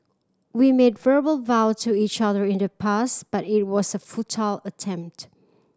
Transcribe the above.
we made verbal vow to each other in the past but it was a futile attempt